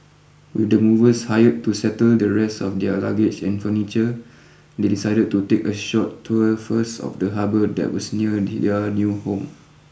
with the movers hired to settle the rest of their luggage and furniture they decided to take a short tour first of the harbour that was near their new home